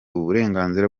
uburenganzira